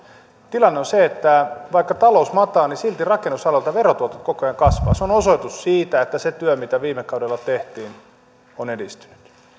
tilanne on se että vaikka talous makaa niin silti rakennusalalta verotuotot koko ajan kasvavat se on osoitus siitä että se työ mitä viime kaudella tehtiin on edistynyt